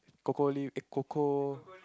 cocoa leaf eh cocoa